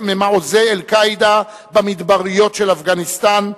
ממעוזי "אל-קאעידה" במדבריות אפגניסטן,